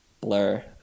blur